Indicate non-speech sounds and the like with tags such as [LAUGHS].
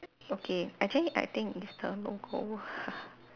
okay actually I think it's the local [LAUGHS]